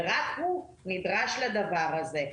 אבל רק הוא נדרש לדבר הזה.